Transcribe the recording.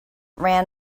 ran